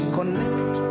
connect